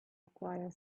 acquire